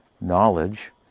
knowledge